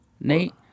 Nate